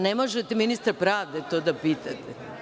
Ne možete ministra pravde to da pitate.